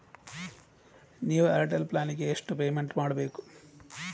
New Airtel plan ಗೆ ಎಷ್ಟು payment ಮಾಡ್ಬೇಕು?